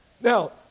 Now